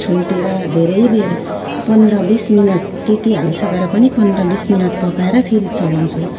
छोपेर धेरै बेर पन्ध्र बिस मिनट त्यति हालिसकेर पनि पन्ध्र बिस मिनट पकाएर फेरि चलाउँछु